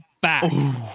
back